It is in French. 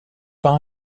par